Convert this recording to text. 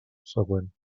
següent